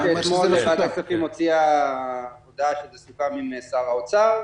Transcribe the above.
אמרתי שאתמול ועדת הכספים הוציאה הודעה שזה סוכם עם שר האוצר.